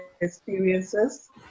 experiences